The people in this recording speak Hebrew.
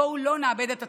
בואו לא נאבד את הצפון.